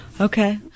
Okay